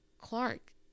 Clark